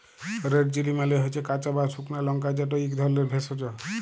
red chilli মালে হচ্যে কাঁচা বা সুকনা লংকা যেট ইক ধরলের ভেষজ